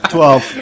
Twelve